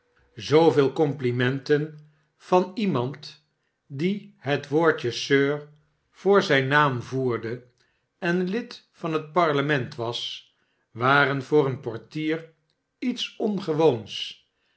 zooveel complimenten van iemand die het woordje sir voor zijn naam voerde en lid van het parlement was waren voor een portier lets ongewoons